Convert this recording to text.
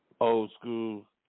old-school